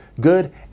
good